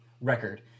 record